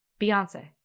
Beyonce